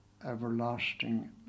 everlasting